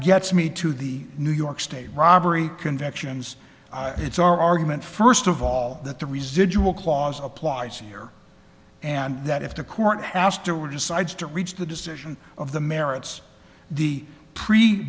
gets me to the new york state robbery convictions it's our argument first of all that the residual clause applies here and that if the court has to or decides to reach the decision of the merits the pre